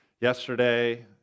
yesterday